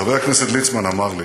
חבר הכנסת ליצמן אמר לי